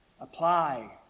Apply